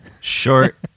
Short